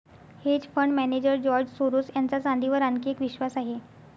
hedge fund manager George Soros यांचा चांदीवर आणखी एक विश्वास आहे